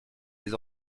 les